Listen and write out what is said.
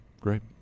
Great